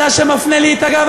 אתה שמפנה לי הגב,